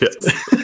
Yes